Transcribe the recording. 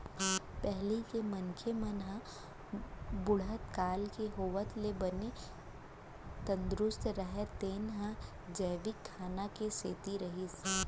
पहिली के मनसे मन ह बुढ़त काल के होवत ले बने तंदरूस्त रहें तेन ह जैविक खाना के सेती रहिस